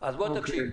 תקשיב: